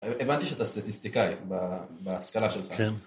הבנתי שאתה סטטיסטיקאי בהשכלה שלך.